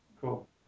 Cool